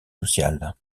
sociales